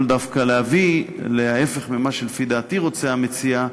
דווקא להביא את ההפך ממה שלפי דעתי רוצה המציע,